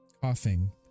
Coughing